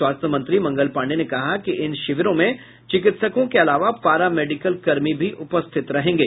स्वास्थ्य मंत्री मंगल पांडेय ने कहा कि इन शिविरों में चिकित्सकों के अलावा पारा मेडिकल कर्मी भी उपस्थित रहेंगे